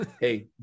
hey